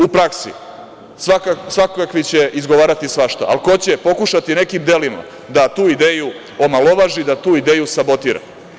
U praksi svakakvi će izgovarati svašta a ko će pokušati nekim delima da tu ideju omalovaži, da tu ideju sabotira.